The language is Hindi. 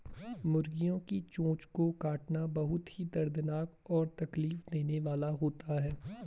मुर्गियों की चोंच को काटना बहुत ही दर्दनाक और तकलीफ देने वाला होता है